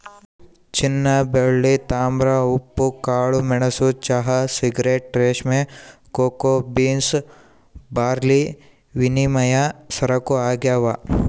ಚಿನ್ನಬೆಳ್ಳಿ ತಾಮ್ರ ಉಪ್ಪು ಕಾಳುಮೆಣಸು ಚಹಾ ಸಿಗರೇಟ್ ರೇಷ್ಮೆ ಕೋಕೋ ಬೀನ್ಸ್ ಬಾರ್ಲಿವಿನಿಮಯ ಸರಕು ಆಗ್ಯಾವ